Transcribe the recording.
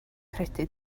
credu